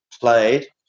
played